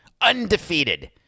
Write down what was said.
Undefeated